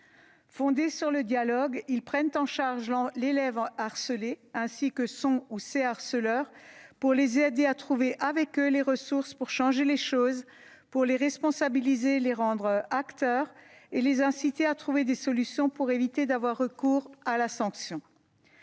membres de ce groupe prennent en charge l'élève harcelé, ainsi que son ou ses harceleurs, pour les aider à trouver, avec eux, les ressources pour changer les choses, pour les responsabiliser, les rendre acteurs et les inciter à trouver des solutions qui permettront d'éviter le recours à la sanction.